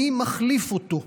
מי מחליף אותו?